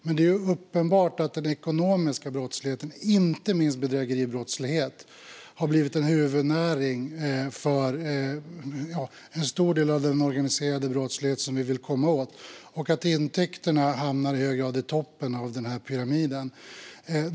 Men det är uppenbart att den ekonomiska brottsligheten, inte minst bedrägeribrottslighet, har blivit en huvudnäring för en stor del av den organiserade brottslighet som vi vill komma åt och att intäkterna i hög grad hamnar i toppen av pyramiden.